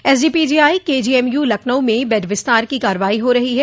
SGPGI KGMU Lucknow में bed विस्तार की कार्रवाई हो रही है